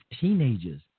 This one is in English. teenagers